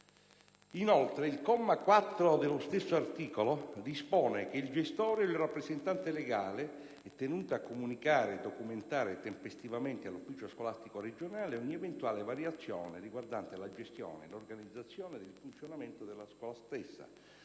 Inoltre, il comma 4 dello stesso articolo dispone che "il gestore o il rappresentante legale è tenuto a comunicare e documentare tempestivamente all'ufficio scolastico regionale ogni eventuale variazione riguardante la gestione, l'organizzazione e il funzionamento della scuola stessa